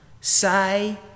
say